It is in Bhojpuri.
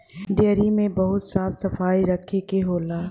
डेयरी में बहुत साफ सफाई रखे के होला